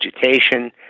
vegetation